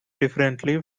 differently